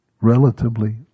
relatively